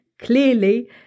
Clearly